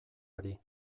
ari